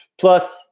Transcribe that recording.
plus